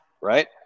right